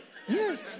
Yes